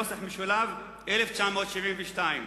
1972: